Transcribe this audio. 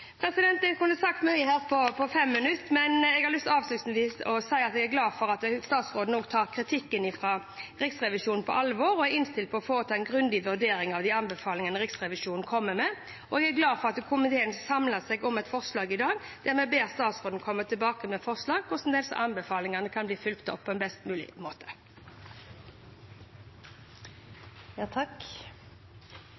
Jeg kunne sagt mye her på 5 minutter, men jeg har avslutningsvis lyst til å si at jeg er glad for at statsråden tar kritikken fra Riksrevisjonen på alvor og er innstilt på å få til en grundig vurdering av de anbefalingene Riksrevisjonen kommer med. Jeg er også glad for at komiteen har samlet seg om et forslag der vi i dag ber statsråden komme tilbake med forslag til hvordan disse anbefalingene kan bli fulgt opp på en best mulig måte.